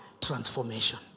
transformation